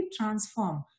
transform